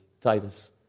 Titus